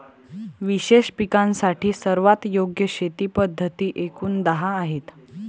विशेष पिकांसाठी सर्वात योग्य शेती पद्धती एकूण दहा आहेत